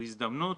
הוא הזדמנות